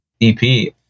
EP